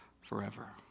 forever